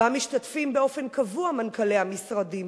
שמשתתפים בה באופן קבוע מנכ"לי המשרדים.